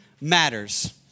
matters